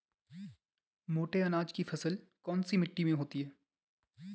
मोटे अनाज की फसल कौन सी मिट्टी में होती है?